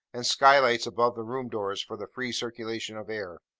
and sky lights above the room-doors for the free circulation of air.